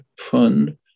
fund